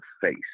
face